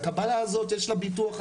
הקבלה הזאת יש לה ביטוח,